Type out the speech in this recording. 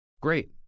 Great